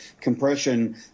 compression